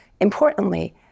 Importantly